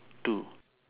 two